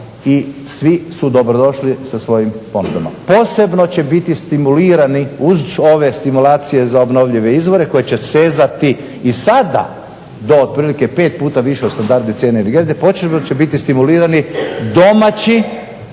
i svi su dobrodošli sa svojim …/Ne razumije se./…. Posebno će biti stimulirani uz ove stimulacije za obnovljive izvore koji će sezati i sada do otprilike pet puta više od standardne cijene …/Ne razumije se./…, posebno će biti stimulirani domaći,